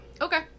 Okay